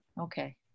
Okay